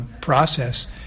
process